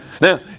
Now